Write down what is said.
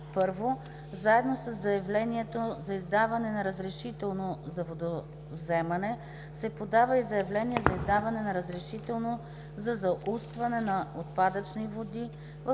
1. заедно със заявлението за издаване на разрешително за водовземане се подава и заявление за издаване на разрешително за заустване на отпадъчни води в